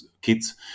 kids